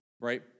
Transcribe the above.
right